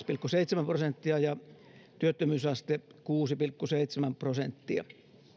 pilkku seitsemän prosenttia ja työttömyysaste kuusi pilkku seitsemän prosenttia